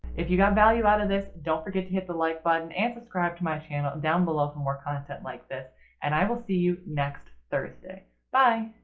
if you got value out of this, don't forget to hit the like button and subscribe to my channel down below for more content like this and i will see you next thursday bye!